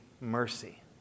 mercy